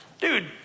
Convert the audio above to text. dude